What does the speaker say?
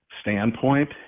standpoint